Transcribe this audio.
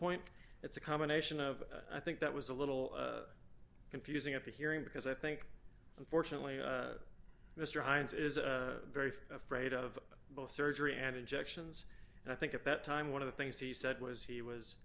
point it's a combination of i think that was a little confusing at the hearing because i think unfortunately mr hines is a very afraid of both surgery and injections and i think at that time one of the things he said was he